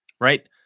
right